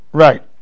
right